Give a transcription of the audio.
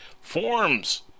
forms